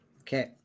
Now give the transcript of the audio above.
Okay